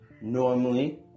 Normally